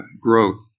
growth